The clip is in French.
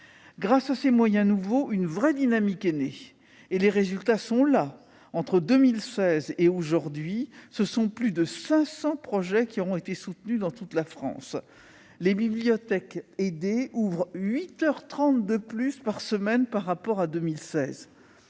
Grâce à ces moyens nouveaux, une vraie dynamique est née et les résultats sont là. Entre 2016 et aujourd'hui, ce sont plus de 500 projets qui ont été soutenus dans toute la France. Les bibliothèques aidées ouvrent huit heures trente de plus par semaine par rapport à 2016.